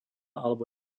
alebo